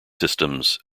systems